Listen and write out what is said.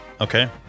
Okay